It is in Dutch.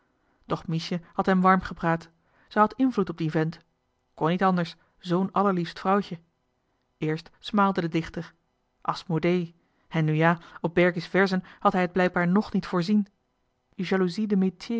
doch miesje had hem warm gepraat ze had invloed op dien vent gekregen kon niet anders z'n allerliefst vrouwtje eerst smaalde de dichter asmodee en nu ja op berkie's verzen had hij het blijkbaar ng niet voorzien jalousie